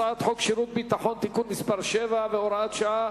הצעת חוק שירות ביטחון (תיקון מס' 7 והוראת שעה)